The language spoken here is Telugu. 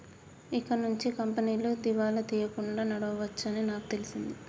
ఇకనుంచి కంపెనీలు దివాలా తీయకుండా నడవవచ్చని నాకు తెలిసింది